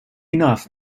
enough